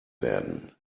werden